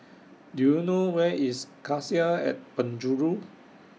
Do YOU know Where IS Cassia At Penjuru